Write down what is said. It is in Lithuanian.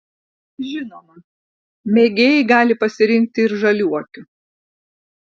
žinoma mėgėjai gali pasirinkti ir žaliuokių